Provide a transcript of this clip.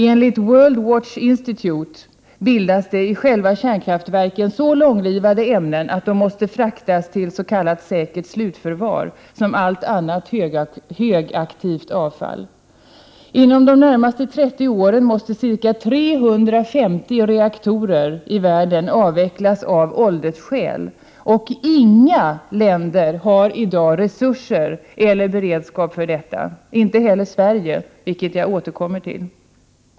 Enligt Worldwatch Institute bildas det i själva kärnkraftverken så långlivade ämnen att de måste fraktas till s.k. säkert slutförvar, som allt annat högaktivt avfall. Inom de närmaste 30 åren måste ca 350 reaktorer i världen avvecklas av åldersskäl, och inga länder har i dag resurser eller beredskap för detta — inte heller Sverige, vilket jag återkommer till.